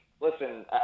listen